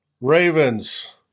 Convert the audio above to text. Ravens